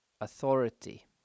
Authority